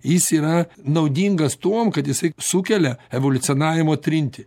jis yra naudingas tuom kad jisai sukelia evoliucionavimo trintį